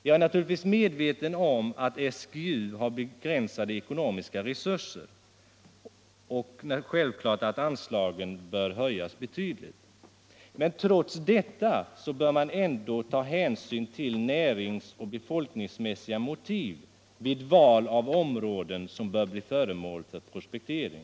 Jag är naturligtvis medveten om att SGU har begränsade ekonomiska resurser och att anslagen bör höjas betydligt. Trots detta bör man ta hänsyn till närings och befolkningsmässiga motiv vid val av områden som skall bli föremål för prospektering.